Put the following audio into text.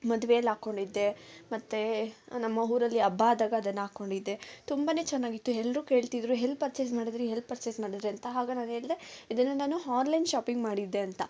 ಮದುವೆಲ್ಲಿ ಹಾಕ್ಕೊಂಡಿದ್ದೆ ಮತ್ತೆ ನಮ್ಮ ಊರಲ್ಲಿ ಹಬ್ಬ ಆದಾಗ ಅದನ್ನು ಹಾಕ್ಕೊಂಡಿದ್ದೆ ತುಂಬನೆ ಚೆನ್ನಾಗಿತ್ತು ಎಲ್ರೂ ಕೇಳ್ತಿದ್ರು ಎಲ್ಲಿ ಪರ್ಚೇಸ್ ಮಾಡಿದ್ರಿ ಎಲ್ಲಿ ಪರ್ಚೇಸ್ ಮಾಡಿದ್ರಿ ಅಂತ ಆಗ ನಾನು ಹೇಳ್ದೆ ಇದನ್ನು ನಾನು ಹಾನ್ಲೈನ್ ಶಾಪಿಂಗ್ ಮಾಡಿದ್ದೆ ಅಂತ